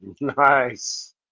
nice